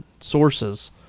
sources